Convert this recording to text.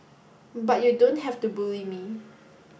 but you don't have to bully me